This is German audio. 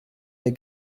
der